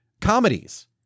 comedies